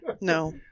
No